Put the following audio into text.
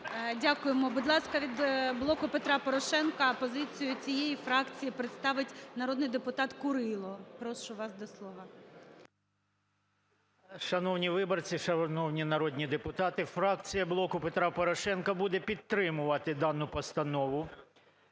Дякуємо. Будь ласка, від "Блоку Петра Порошенка". Позицію цієї фракції представить народний депутат Курило. Прошу вас до слова. 12:51:36 КУРИЛО В.С. Шановні виборці, шановні народні депутати! Фракція "Блоку Петра Порошенка" буде підтримувати дану постанову,